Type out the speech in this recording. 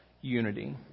unity